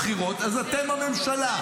למשל, ניצחתם בבחירות, אז אתם הממשלה.